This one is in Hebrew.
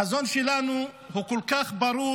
החזון שלנו הוא כל כך ברור.